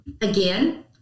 again